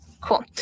Cool